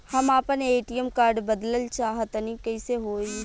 हम आपन ATM card बदलल चाह तनि कइसे होई?